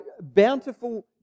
bountiful